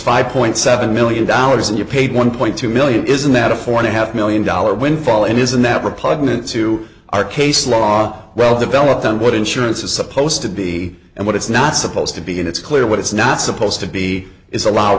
five point seven million dollars and you paid one point two million isn't that afford a half million dollar windfall and isn't that repugnant to our case law well developed then what insurance is supposed to be and what it's not supposed to be and it's clear what it's not supposed to be it's allowed